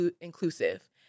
inclusive